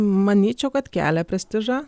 manyčiau kad kelia prestižą